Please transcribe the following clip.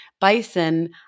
bison